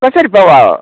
कसरी पवा हो